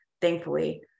thankfully